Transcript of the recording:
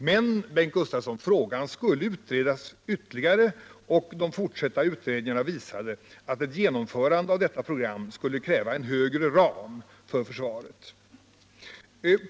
Men, Bengt Gustavsson, frågan skulle utredas ytterligare, och de fortsatta utredningarna visade att ett genomförande av detta program skulle kräva en högre ram för försvaret.